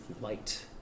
Light